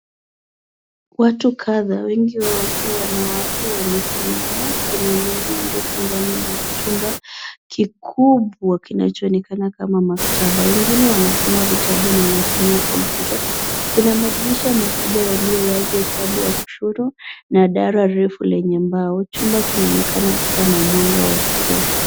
Watu kadha, wengi wao wakiwa wanawake wamesimama kwenye meza ndefu ndani ya jumba kikubwa kinachoonekana kama maktaba. Wengine wanasoma vitabu na wanatumia kompyuta. Kuna madirisha makubwa yaliyo wazi upande wa kushoto na dara refu lenye mbao. Chumba kinaonekana kuwa na mwanga wa kutosha.